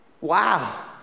Wow